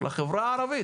לחברה הערבית,